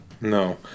No